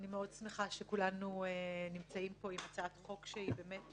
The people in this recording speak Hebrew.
אני מאוד שמחה שכולנו נמצאים פה עם הצעת חוק שהיא באמת